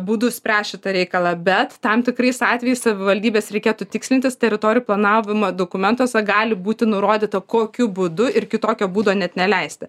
būdu spręs šitą reikalą bet tam tikrais atvejais savivaldybės reikėtų tikslintis teritorijų planavimo dokumentuose gali būti nurodyta kokiu būdu ir kitokio būdo net neleisti